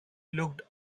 looked